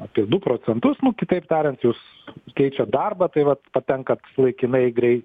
apie du procentus nu kitaip tariant jūs keičiat darbą tai vat patenkat laikinai į grei